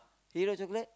hero chocolate